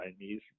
Chinese